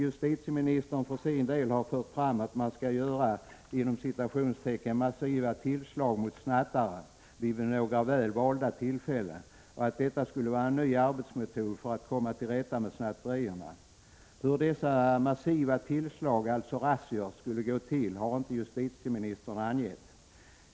Justitieministern har för sin del fört fram att man skall göra ”massiva tillslag mot snattare vid några väl valda tillfällen” och att detta skulle vara en ny arbetsmetod när det gäller att komma till rätta med snatterierna. Hur dessa massiva tillslag — alltså razzior — skulle gå till har inte justitieministern angett.